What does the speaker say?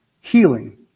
healing